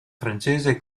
francese